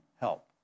help